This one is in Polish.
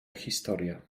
historia